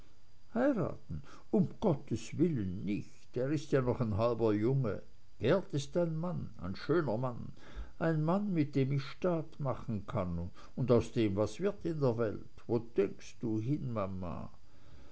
heiraten um gottes willen nicht er ist ja noch ein halber junge geert ist ein mann ein schöner mann ein mann mit dem ich staat machen kann und aus dem was wird in der welt wo denkst du hin mama